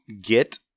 get